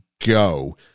go